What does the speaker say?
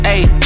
Ayy